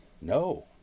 No